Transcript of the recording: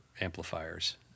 amplifiers